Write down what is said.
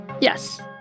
Yes